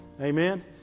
Amen